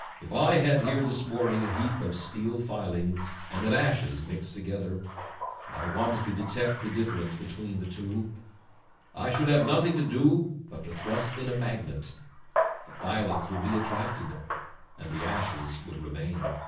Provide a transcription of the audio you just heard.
if i had here this morning a heap of steel filings and of ashes mixed together and i wanted to detect the difference between the two i should have nothing to do but to thrust in a magnet the filings would be attracted and the ashes would remain